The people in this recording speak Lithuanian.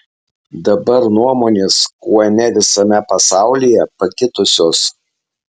dabar nuomonės kuone visame pasaulyje pakitusios